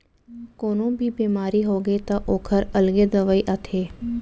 कोनो भी बेमारी होगे त ओखर अलगे दवई आथे